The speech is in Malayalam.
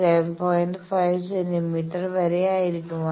5 സെന്റീമീറ്റർ വരെ ആയിരിക്കും